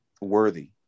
worthy